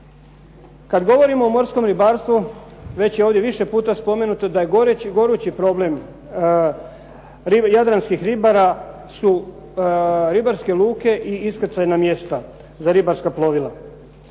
Kad govorimo o morskom ribarstvu, već je ovdje više puta spomenuto da gorući problem jadranskih ribara su ribarske luke i iskrcajna mjesta za ribarska plovila.